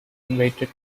invited